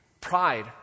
Pride